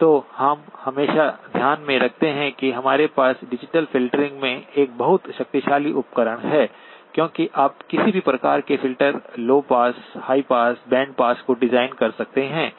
तो हम हमेशा ध्यान में रखते हैं कि हमारे पास डिजिटल फ़िल्टरिंग में एक बहुत शक्तिशाली उपकरण है क्योंकि आप किसी भी प्रकार के filter low pass high pass bandpass को डिज़ाइन कर सकते हैं